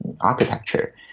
architecture